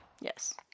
Yes